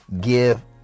give